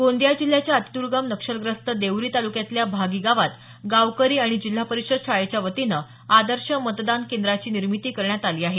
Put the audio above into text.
गोंदिया जिल्ह्याच्या अतिद्र्गम नक्षलग्रस्त देवरी तालुक्यातल्या भागी गावात गावकरी आणि जिल्हा परिषद शाळेच्या वतीनं आदर्श मतदान केंद्राची निर्मिती करण्यात आली आहे